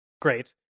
Great